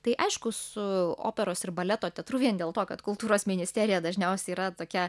tai aišku su operos ir baleto teatru vien dėl to kad kultūros ministerija dažniausiai yra tokia